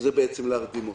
שזה בעצם להרדים אותה."